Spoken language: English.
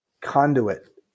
conduit